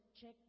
check